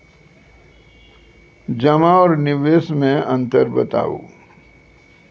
जमा आर निवेश मे अन्तर बताऊ?